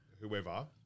whoever